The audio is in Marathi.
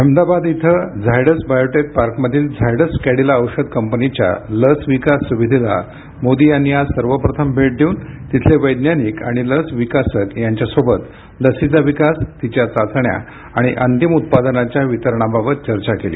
अहमदाबाद इथं झायडस बायोटेक पार्कमधील झायडस कॅडिला औषध कंपनीच्या लस विकास सुविधेला मोदी यांनी आज सर्वप्रथम भेट देऊन तिथले वैज्ञानिक आणि लस विकासक यांच्यासोबत लसीचा विकास तिच्या चाचण्या आणि अंतिम उत्पादनाच्या वितरणाबाबत चर्चा केली